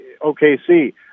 OKC